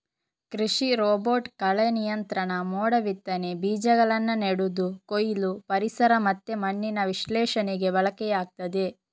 ಕೃಷಿ ರೋಬೋಟ್ ಕಳೆ ನಿಯಂತ್ರಣ, ಮೋಡ ಬಿತ್ತನೆ, ಬೀಜಗಳನ್ನ ನೆಡುದು, ಕೊಯ್ಲು, ಪರಿಸರ ಮತ್ತೆ ಮಣ್ಣಿನ ವಿಶ್ಲೇಷಣೆಗೆ ಬಳಕೆಯಾಗ್ತದೆ